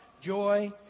joy